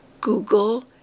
Google